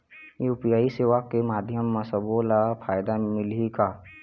UPI सेवा के माध्यम म सब्बो ला फायदा मिलही का?